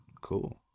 Cool